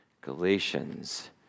Galatians